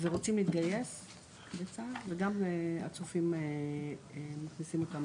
ורוצים להתגייס לצה"ל, וגם הצופים מכניסים אותם